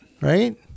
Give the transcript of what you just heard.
Right